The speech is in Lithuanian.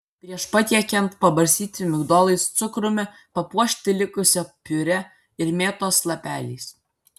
prieš patiekiant pabarstyti migdolais cukrumi papuošti likusia piurė ir mėtos lapeliais